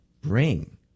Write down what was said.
bring